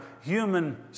human